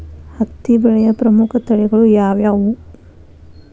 ಹತ್ತಿ ಬೆಳೆಯ ಪ್ರಮುಖ ತಳಿಗಳು ಯಾವ್ಯಾವು?